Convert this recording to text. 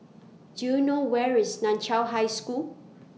Do YOU know Where IS NAN Chiau High School